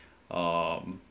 um